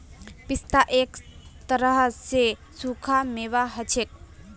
पिस्ता एक तरह स सूखा मेवा हछेक